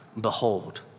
behold